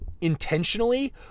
intentionally